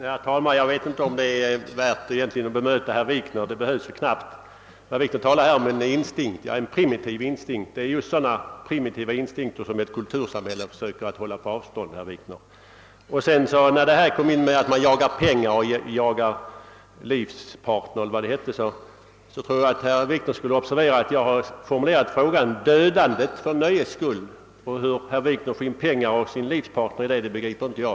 Herr talman! Jag vet inte om jag egentligen behöver bemöta herr Wikner. Han talar om en primitiv instinkt, och det är just sådana som ett kultursamhälle försöker hålla på avstånd. Vad gäller att man jagar pengar och livspartner eller vad det är fråga om ber jag herr Wikner observera att min fråga handlar om dödandet för nöjes skull. Hur herr Wikner lyckas blanda in pengar och sin livspartner i detta begriper inte jag.